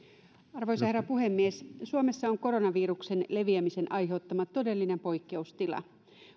arvoisa herra puhemies suomessa on koronaviruksen leviämisen aiheuttama todellinen poikkeustila